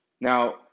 Now